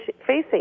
facing